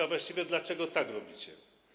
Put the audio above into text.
A właściwie - dlaczego tak robicie?